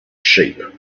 sheep